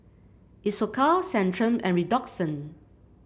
Isocal Centrum and Redoxon